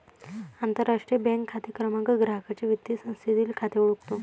आंतरराष्ट्रीय बँक खाते क्रमांक ग्राहकाचे वित्तीय संस्थेतील खाते ओळखतो